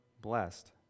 blessed